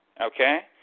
okay